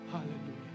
Hallelujah